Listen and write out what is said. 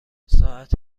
ساعت